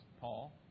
Paul